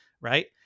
right